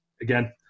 again